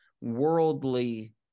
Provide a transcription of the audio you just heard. worldly